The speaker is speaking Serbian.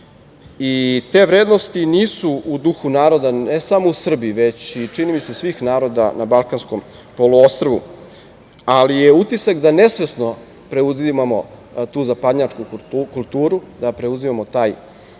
Te vrednosti nisu u duhu naroda, ne samo u Srbiji, već i čini mi se svih naroda na Balkanskom poluostrvu, ali je utisak da nesvesno preuzimamo tu zapadnjačku kulturu, da preuzimamo taj vokabular.